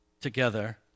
together